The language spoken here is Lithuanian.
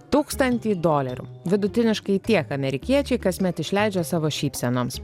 tūkstantį dolerių vidutiniškai tiek amerikiečiai kasmet išleidžia savo šypsenoms